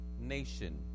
nation